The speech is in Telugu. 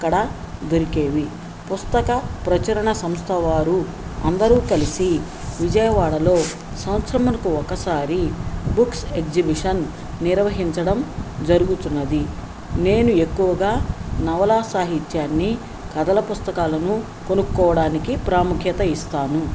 అక్కడ దొరికేవి పుస్తక ప్రచురణ సంస్థ వారు అందరూ కలిసి విజయవాడలో సంవత్సరమునకు ఒకసారి బుక్స్ ఎగ్జిబిషన్ నిర్వహించడం జరుగుచున్నది నేను ఎక్కువగా నవలా సాహిత్యాన్ని కథల పుస్తకాలను కొనుక్కోడానికి ప్రాముఖ్యత ఇస్తాను